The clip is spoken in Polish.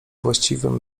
właściwym